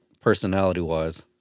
personality-wise